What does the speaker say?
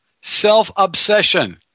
self-obsession